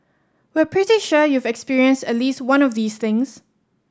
we're pretty sure you've experienced at least one of these things